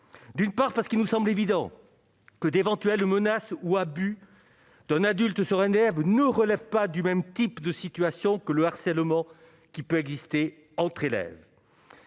d'une part parce qu'il nous semble évident que d'éventuelles menaces ou abus d'un adulte, ce rendez-vous ne relève pas du même type de situation que le harcèlement qui peut exister entre élèves